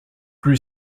grew